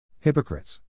Hypocrites